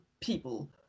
people